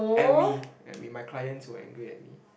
at me at me my clients were angry at me